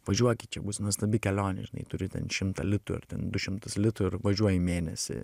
važiuokit čia bus nuostabi kelionė žinai turiu ten šimtą litų ar ten du šimtus litų ir važiuoji mėnesį